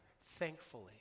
Thankfully